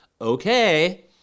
okay